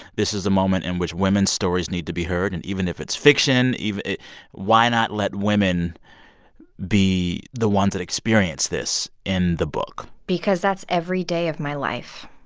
this is a moment in which women's stories need to be heard, and even if it's fiction, even why not let women be the ones that experience this in the book? because that's every day of my life.